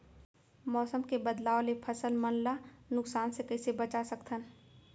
मौसम के बदलाव ले फसल मन ला नुकसान से कइसे बचा सकथन?